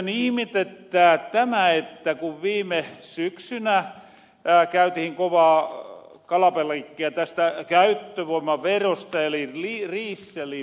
pikkuusen ihmetyttää tämä kun viime syksynä käytihin kovaa kalabaliikkia tästä käyttövoimaverosta eli diisseliverosta